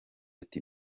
ati